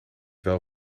wel